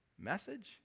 message